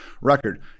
record